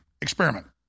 experiment